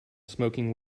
smoking